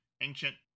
ancient